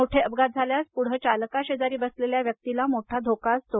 मोठे अपघात झाल्यास पुढे चालकाशेजारी बसलेल्या व्यक्तीला मोठा धोका असतो